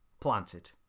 planted